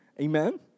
Amen